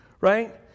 right